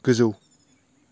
गोजौ